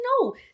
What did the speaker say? no